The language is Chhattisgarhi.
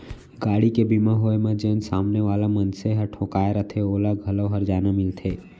गाड़ी के बीमा होय म जेन सामने वाला मनसे ह ठोंकाय रथे ओला घलौ हरजाना मिलथे